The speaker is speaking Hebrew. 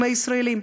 עם הישראלים.